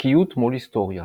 חוקיות מול היסטוריה